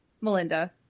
Melinda